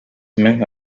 man